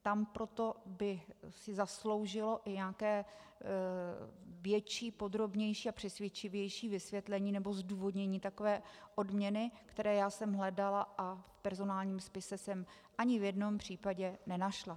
Tam proto by si zasloužilo i nějaké větší, podrobnější a přesvědčivější vysvětlení nebo zdůvodnění takové odměny, které jsem hledala a v personálním spise jsem ani v jednom případě nenašla.